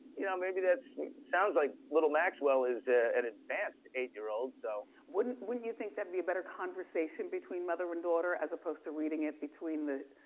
you know, maybe that's sounds like little maxwell is an advanced eight year old, so wouldn't wouldn't you think that'd be a better conversation between mother and daughter as opposed to reading it between the